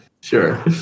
sure